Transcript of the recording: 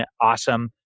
awesome